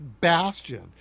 bastion